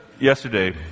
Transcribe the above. Yesterday